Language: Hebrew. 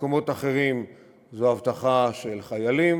במקומות אחרים זו אבטחה של חיילים,